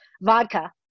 vodka